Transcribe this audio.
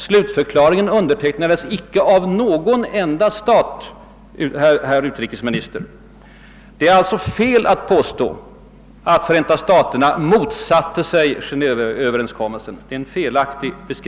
Slutförklaringen undertecknades inte av någon enda stat, herr utrikesminister! Det är alltså fel att påstå att Förenta staterna motsatte sig Genéve-överenskommelsen.